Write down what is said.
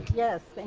yes,